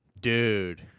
dude